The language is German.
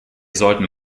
sollten